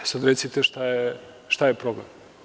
Recite, šta je problem?